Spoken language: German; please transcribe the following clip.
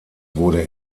wurde